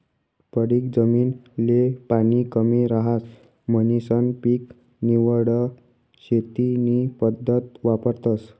पडीक जमीन ले पाणी कमी रहास म्हणीसन पीक निवड शेती नी पद्धत वापरतस